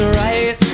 right